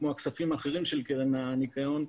כמו הכספים האחרים של קרן הניקיון,